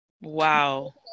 wow